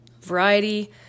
Variety